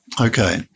Okay